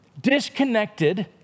disconnected